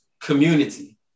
community